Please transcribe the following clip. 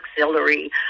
Auxiliary